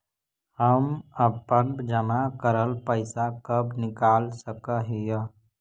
हम अपन जमा करल पैसा कब निकाल सक हिय?